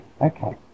Okay